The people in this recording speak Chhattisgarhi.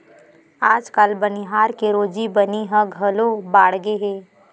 आजकाल बनिहार के रोजी बनी ह घलो बाड़गे हे